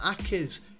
Akers